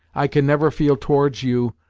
i can never feel towards you,